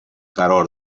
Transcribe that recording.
قرار